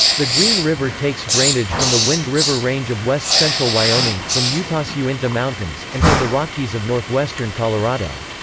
the green river takes drainage from the wind river range of west-central wyoming, from utah's uinta mountains, and from the rockies of northwestern colorado.